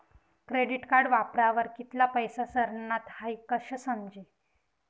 credit card वापरावर कित्ला पैसा सरनात हाई कशं समजी